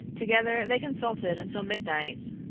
together they consulted until midnight.